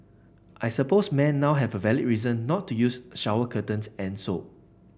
I suppose men now have a valid reason not to use shower curtains and soap